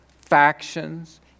factions